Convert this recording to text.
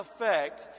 effect